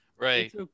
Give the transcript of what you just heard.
right